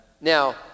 Now